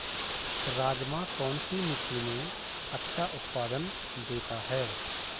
राजमा कौन सी मिट्टी में अच्छा उत्पादन देता है?